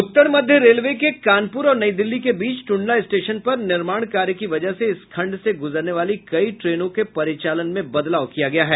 उत्तर मध्य रेलवे के कानपुर और नई दिल्ली के बीच टंडला स्टेशन पर निर्माण कार्य की वजह से इस खंड से गूजरने वाली कई ट्रेनों के परिचालन में बदलाव किया गया है